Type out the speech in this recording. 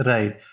Right